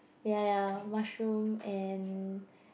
ya ya mushroom and